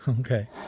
Okay